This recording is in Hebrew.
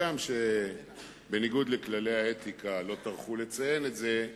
הגם שבניגוד לכללי האתיקה לא טרחו לציין את זה,